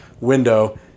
window